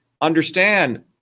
understand